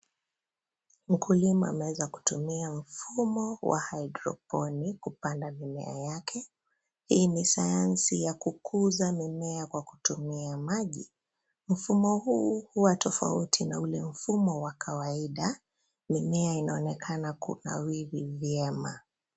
Mkulima anaeza kutumia mfumo wa hydroponi kupanda mimea yake. Hii ni sayansi ya kukuza mimea kwa kutumia maji. Mfumo huu huwa tofauti na ule mfumo wa kawaida. Mimea inaonekana kunawiri vyema.